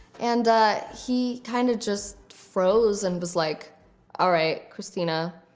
and ah he kind of just froze and was like all right, christina,